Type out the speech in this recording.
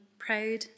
proud